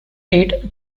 aid